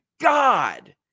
God